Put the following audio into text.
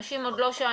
אנשים עוד לא שם,